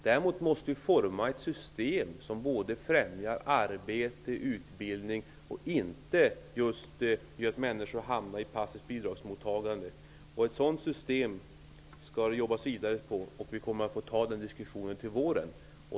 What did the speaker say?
Däremot måste vi forma ett system som främjar arbete och utbildning och som inte innebär att människor hamnar i en situation som präglas av ett passivt bidragsmottagande. Ett sådant system skall det jobbas vidare på. Vi får ta den diskussionen till våren.